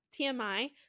TMI